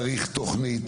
צריך תוכנית,